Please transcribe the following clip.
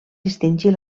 distingir